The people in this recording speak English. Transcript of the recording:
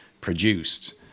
produced